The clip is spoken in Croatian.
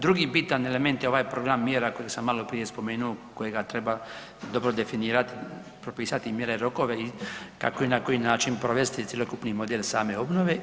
Drugi bitan element je ovaj program mjera koji sam maloprije spomenuo kojega treba dobro definirati i propisati mjere i rokove i kako i na koji način provesti cjelokupni model same obnove.